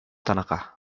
tanaka